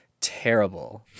terrible